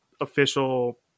official